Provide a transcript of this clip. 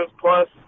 plus